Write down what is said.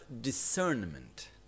discernment